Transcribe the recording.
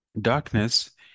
darkness